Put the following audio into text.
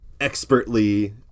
expertly